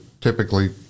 typically